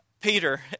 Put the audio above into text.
Peter